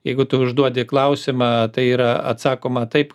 jeigu tu užduodi klausimą tai yra atsakoma taip